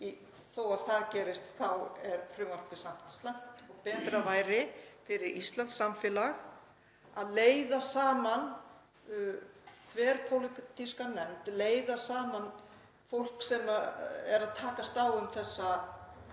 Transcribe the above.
þótt það gerist þá er frumvarpið slæmt og betra væri fyrir íslenskt samfélag að leiða saman þverpólitíska nefnd, leiða saman fólk sem er að takast á um þessi